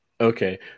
Okay